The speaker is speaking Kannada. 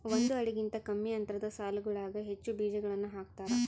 ಒಂದು ಅಡಿಗಿಂತ ಕಮ್ಮಿ ಅಂತರದ ಸಾಲುಗಳಾಗ ಹೆಚ್ಚು ಬೀಜಗಳನ್ನು ಹಾಕ್ತಾರ